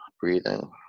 breathing